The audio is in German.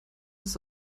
das